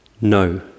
no